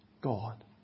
God